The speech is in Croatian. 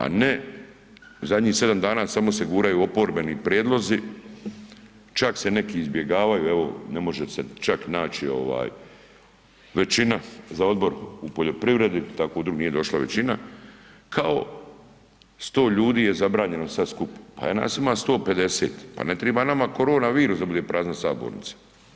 A ne zadnjih 7 dana samo se guraju oporbeni prijedlozi, čak se neki izbjegavaju, evo ne može se čak naći ovaj većina za Odbor u poljoprivredi, tako u drugim je došla većina, kao 100 ljudi je zabranjeno sad skupa, pa nas ima 150, pa ne triba nama korona virus da bude prazna sabornica.